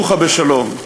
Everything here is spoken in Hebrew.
נוחה בשלום".